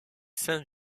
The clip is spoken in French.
saint